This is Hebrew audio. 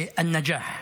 בא-נג'אח,